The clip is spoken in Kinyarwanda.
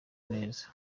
neza